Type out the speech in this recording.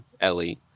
Ellie